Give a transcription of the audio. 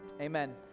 amen